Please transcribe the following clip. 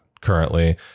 currently